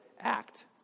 act